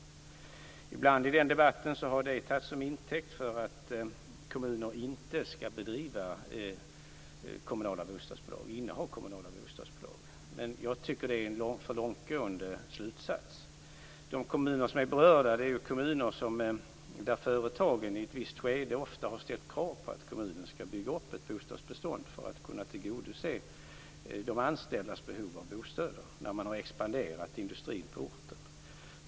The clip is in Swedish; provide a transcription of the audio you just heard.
Det har i debatten ibland tagits som intäkt för att kommuner inte skall inneha kommunala bostadsbolag, men jag tycker att det är en för långtgående slutsats. De kommuner som är berörda är ofta sådana där företag i ett visst skede har ställt krav på att kommunen skall bygga upp ett bostadsbestånd för att kunna tillgodose de anställdas behov av bostäder när man har expanderat industrin på orten.